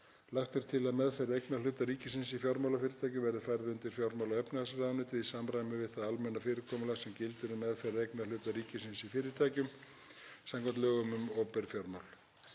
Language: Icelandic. Lagt er til að meðferð eignarhluta ríkisins í fjármálafyrirtækjum verði færð undir fjármála- og efnahagsráðuneytið, í samræmi við það almenna fyrirkomulag sem gildir um meðferð eignarhluta ríkisins í fyrirtækjum samkvæmt lögum um opinber fjármál.